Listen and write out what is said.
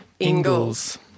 Ingalls